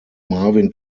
marvin